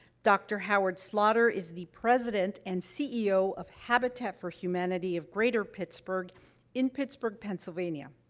dr. howard slaughter is the president and ceo of habitat for humanity of greater pittsburgh in pittsburgh, pennsylvania.